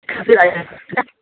फिर आइए सर ठीक है